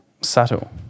subtle